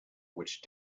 which